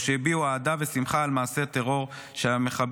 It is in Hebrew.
או שהביעו אהדה ושמחה על מעשה הטרור שהמחבל,